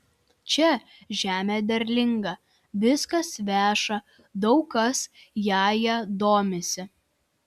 čia žemė derlinga viskas veša daug kas jąja domisi